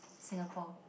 Singapore